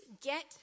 get